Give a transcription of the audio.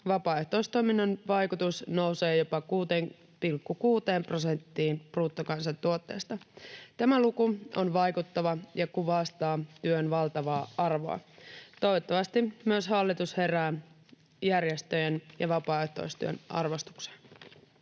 vapaaehtoistoiminnan vaikutus nousee jopa 6,6 prosenttiin bruttokansantuotteesta. Tämä luku on vaikuttava ja kuvastaa työn valtavaa arvoa. Toivottavasti myös hallitus herää järjestöjen ja vapaaehtoistyön arvostukseen.